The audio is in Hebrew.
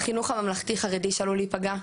החינוך הממלכתי חרדי שעלול להיפגע,